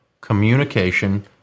communication